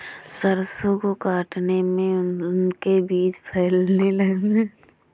सरसो को काटने में उनके बीज फैलने लगते हैं इसका कोई उपचार बताएं?